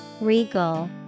Regal